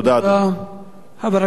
תודה, אדוני.